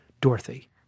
Dorothy